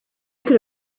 could